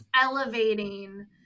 elevating